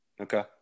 Okay